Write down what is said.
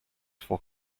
for